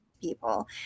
people